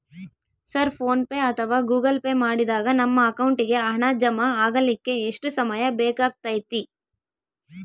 Sir PhonePe ಅಥವಾ Google Pay ಮಾಡಿದಾಗ ನಮ್ಮ ಅಕೌಂಟಿಗೆ ಹಣ ಜಮಾ ಆಗಲಿಕ್ಕೆ ಎಷ್ಟು ಸಮಯ ಬೇಕಾಗತೈತಿ?